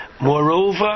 Moreover